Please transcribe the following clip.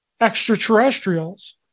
extraterrestrials